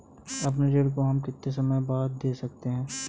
अपने ऋण को हम कितने समय बाद दे सकते हैं?